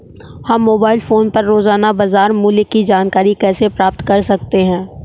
हम mobile phone पर रोजाना बाजार मूल्य की जानकारी कैसे प्राप्त कर सकते हैं?